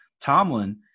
Tomlin